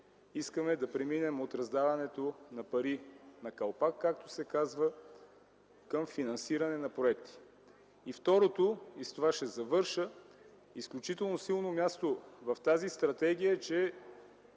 Искаме да преминем от раздаването на пари „на калпак”, както се казва, към финансиране на проекти. Второ, изключително силно място в тази стратегия е, че